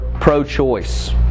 pro-choice